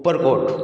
Uparkot